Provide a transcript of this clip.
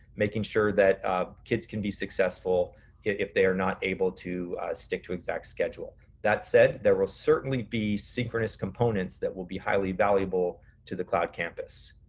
making sure that kids can be successful if they are not able to stick to exact schedule. that said, there will certainly be synchronous components that will be highly valuable to the cloud campus.